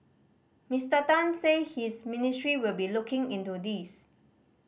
Mister Tan said his ministry will be looking into this